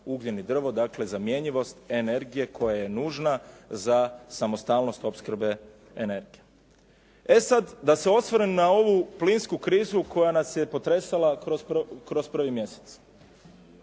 ugljen i drvo, dakle zamjenjivost energije koja je nužna za samostalnost opskrbe energije. E sad, da se osvrnem na ovu plinsku krizu koja nas je potresala kroz 1. mjesec.